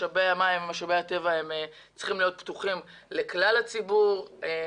משאבי המים ומשאבי הטבע צריכים להיות פתוחים לכלל הציבור.